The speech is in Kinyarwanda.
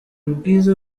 ubwiza